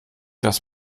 das